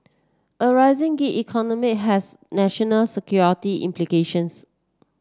a rising gig economy has national security implications